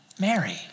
Mary